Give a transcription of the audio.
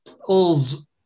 old